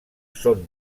són